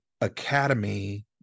Academy